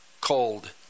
called